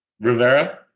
Rivera